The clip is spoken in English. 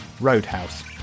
Roadhouse